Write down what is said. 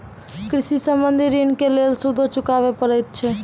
कृषि संबंधी ॠण के लेल सूदो चुकावे पड़त छै?